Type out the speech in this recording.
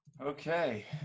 Okay